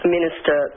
Minister